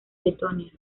letonia